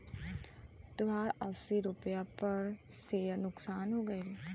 तोहार अस्सी रुपैया पर सेअर नुकसान हो गइल